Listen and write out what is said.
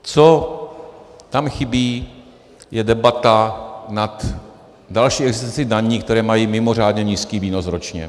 Co tam chybí, je debata nad další existencí daní, které mají mimořádně nízký výnos ročně.